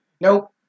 Nope